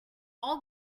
our